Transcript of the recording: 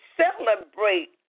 celebrate